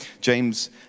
James